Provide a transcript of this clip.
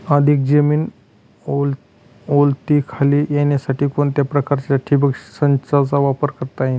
अधिक जमीन ओलिताखाली येण्यासाठी कोणत्या प्रकारच्या ठिबक संचाचा वापर करता येईल?